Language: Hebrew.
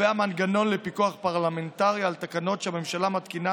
קובע מנגנון לפיקוח פרלמנטרי על תקנות שהממשלה מתקינה